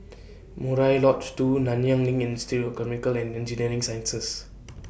Murai Lodge two Nanyang LINK and Institute of Chemical and Engineering Sciences